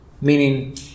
meaning